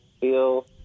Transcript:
feel